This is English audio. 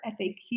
FAQ